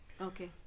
okay